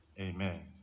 Amen